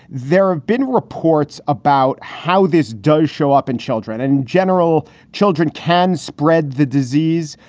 there have been reports about how this does show up in children and in general. children can spread the disease,